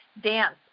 dance